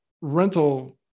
rental